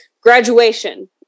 graduation